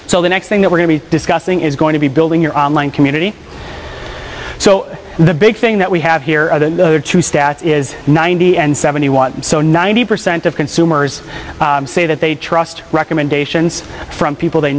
so the next thing that we're going to be discussing is going to be building your online community so the big thing that we have here are two stats is ninety and seventy one so ninety percent of consumers say that they trust recommendations from people they